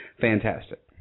fantastic